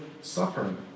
suffering